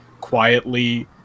quietly